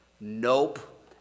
Nope